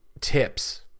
tips